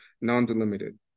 non-delimited